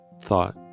thought